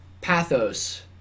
pathos